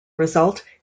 result